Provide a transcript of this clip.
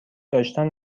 داشتن